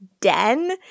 den